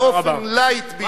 באופן לייט ביותר,